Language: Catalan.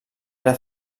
era